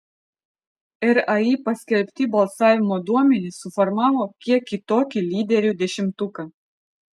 rai paskelbti balsavimo duomenys suformavo kiek kitokį lyderių dešimtuką